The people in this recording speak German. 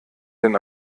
den